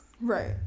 Right